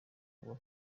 ubu